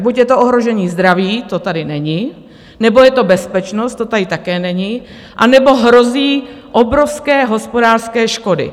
Buď je to ohrožení zdraví, to tady není, nebo je to bezpečnost, to tady také není, nebo hrozí obrovské hospodářské škody.